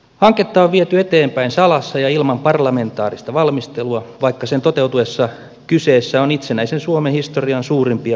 hanketta on viety eteenpäin salassa ja ilman parlamentaarista valmistelua vaikka sen toteutuessa kyseessä on itsenäisen suomen historian suurimpia mullistuksia